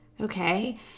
Okay